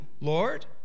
Lord